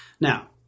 now